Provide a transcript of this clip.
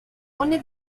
pone